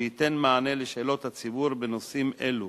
שייתן מענה לשאלות הציבור בנושאים אלו,